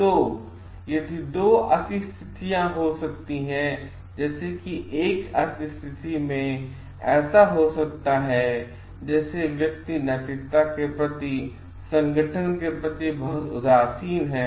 तो तो दो अति स्थितियां हो सकती हैं जैसे एक अति स्थिति में ऐसा हो सकता है जैसे जैसे व्यक्ति नैतिकता के प्रति संगठन के प्रति बहुत उदासीन है